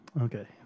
Okay